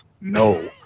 No